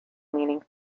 meaning